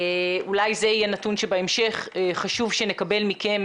אולי זה יהיה נתון שבהמשך חשוב שנקבל מכם,